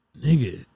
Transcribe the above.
nigga